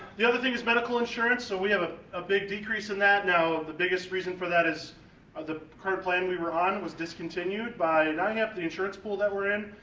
the other thing is medical insurance. so we have ah a big decrease in that. now the biggest reason for that is the current plan we were on was discontinued by, and i have the insurance pool that we're in,